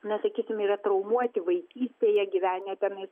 na sakykim yra traumuoti vaikystėje gyvenę tenais